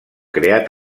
creat